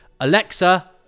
Alexa